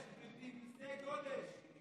יש, גברתי, מיסי גודש.